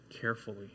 carefully